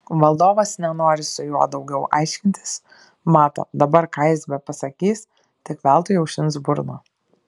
valdovas nenori su juo daugiau aiškintis mato dabar ką jis bepasakys tik veltui aušins burną